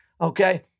Okay